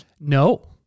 No